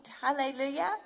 hallelujah